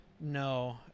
No